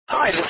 Hi